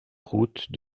route